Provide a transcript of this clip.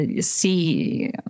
see